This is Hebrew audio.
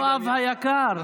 יואב היקר.